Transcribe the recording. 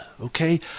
okay